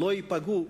לא ייפגעו